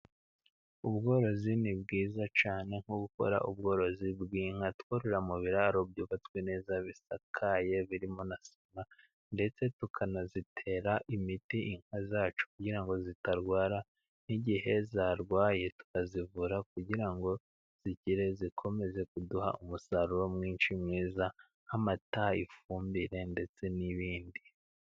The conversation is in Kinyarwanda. Ubworozi ni bwiza cyane, nko gukora ubworozi bw'inka twororera mu biraro byubatswe neza bisakaye ndetse birimo na sima, ndetse tukanazitera imiti inka zacu kugirango zitarwara. Igihe zarwaye tukazivura kugirango zikire, zikomeze kuduha umusaruro mwinshi mwiza nk'amata, ifumbire ndetse n'ibindi.